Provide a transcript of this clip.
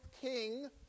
king